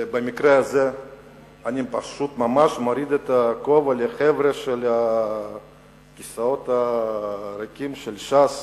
במקרה הזה אני ממש מוריד את הכובע בפני הכיסאות הריקים של ש"ס.